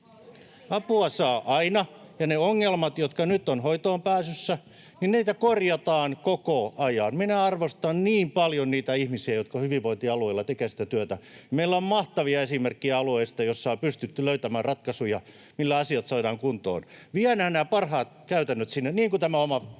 Apua saa aina, ja niitä ongelmia, jotka nyt ovat hoitoonpääsyssä, korjataan koko ajan. Minä arvostan niin paljon niitä ihmisiä, jotka hyvinvointialueilla tekevät sitä työtä. Meillä on mahtavia esimerkkejä alueista, joilla on pystytty löytämään ratkaisuja, millä asiat saadaan kuntoon. Viedään nämä parhaat käytännöt sinne, niin kuin tämä